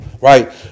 right